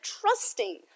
trusting